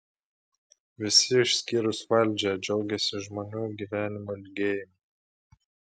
visi išskyrus valdžią džiaugiasi žmonių gyvenimo ilgėjimu